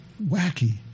wacky